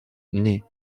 née